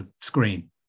screen